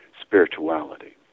spirituality